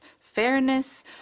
fairness